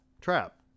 trap